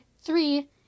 three